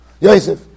Yosef